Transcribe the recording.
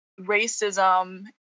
racism